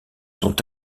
sont